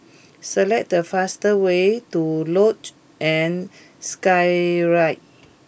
select the fastest way to Luge and Skyride